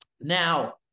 Now